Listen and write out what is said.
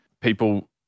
people